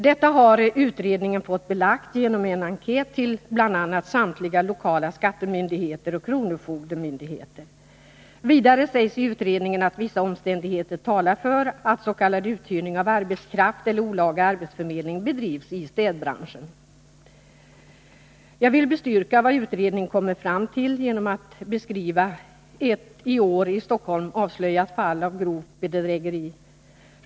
Detta har utredningen fått belagt genom en enkät till bl.a. samtliga lokala skattemyndigheter och kronofogdemyndigheter. Vidare sägs i utredningen att vissa omständigheter talar för att s.k. uthyrning av arbetskraft eller olaga arbetsförmedling bedrivs i städbranschen. Jag vill bestyrka vad utredningen kommit fram till genom att beskriva ett i år i Stockholm avslöjat fall av grovt bedrägeri.